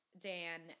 Dan